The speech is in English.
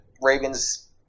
Ravens